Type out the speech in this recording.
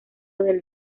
del